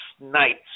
nights